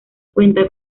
cuenta